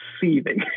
seething